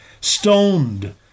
stoned